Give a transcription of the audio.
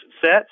sets